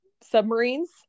submarines